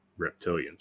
reptilians